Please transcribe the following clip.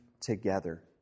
together